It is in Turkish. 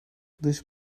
dış